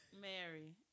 Mary